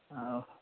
ଆଉ